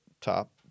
top